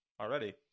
already